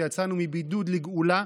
שבו יצאנו מבידוד לגאולה,